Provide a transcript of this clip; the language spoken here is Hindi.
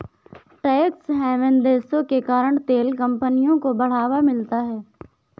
टैक्स हैवन देशों के कारण तेल कंपनियों को बढ़ावा मिलता है